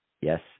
Yes